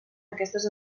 aquestes